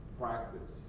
practice